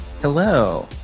Hello